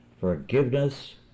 forgiveness